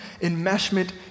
enmeshment